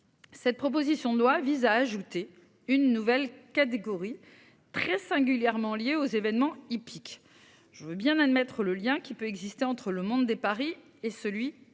Cette proposition de loi vise à ajouter une nouvelle catégorie. Très singulièrement liée aux événements hippiques. Je veux bien admettre le lien qui peut exister entre le monde des paris, et celui des jeux.